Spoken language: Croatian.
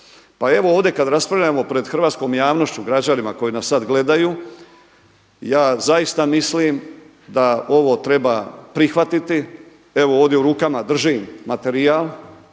Pa evo ovdje kada raspravljamo pred hrvatskom javnošću, građanima koji nas sada gledaju, ja zaista mislim da ovo treba prihvatiti. Evo ovdje u rukama držim materijal